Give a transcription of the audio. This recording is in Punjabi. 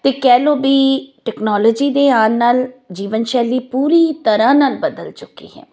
ਅਤੇ ਕਹਿ ਲਓ ਵੀ ਟੈਕਨੋਲਜੀ ਦੇ ਆਉਣ ਨਾਲ ਜੀਵਨ ਸ਼ੈਲੀ ਪੂਰੀ ਤਰ੍ਹਾਂ ਨਾਲ ਬਦਲ ਚੁੱਕੀ ਹੈ